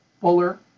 fuller